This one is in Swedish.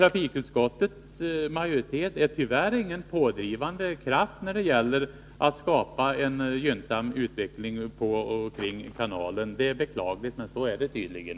Trafikutskottets majoritet är tyvärr ingen pådrivande kraft när det gäller att skapa en gynnsam utveckling på och kring kanalen. Det är beklagligt, men så är det tydligen.